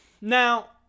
Now